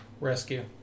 Rescue